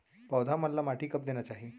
पौधा मन ला माटी कब देना चाही?